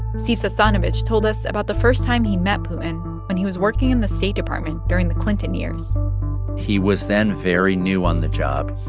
steve sestanovich told us about the first time he met putin when he was working in the state department during the clinton years he was then very new on the job.